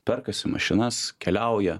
perkasi mašinas keliauja